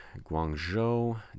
Guangzhou